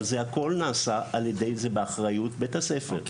אבל כל הנעשה זה באחריות בית הספר.